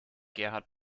gerhard